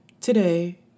Today